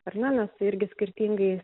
ar ne nes irgi skirtingai